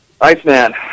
Iceman